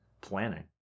planning